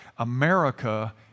America